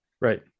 Right